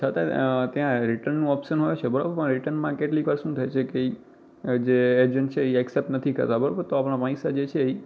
છતાંય ત્યાં રિટર્નનું ઑપ્શન હોય છે બરાબર પણ રિટર્નમાં કેટલીક વાર શું થાય છે કે જે એજન્ટ છે એ ઍકસેપ્ટ નથી કરતા બરાબર તો આપણા પૈસા છે જે એ